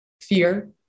fear